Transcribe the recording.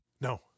No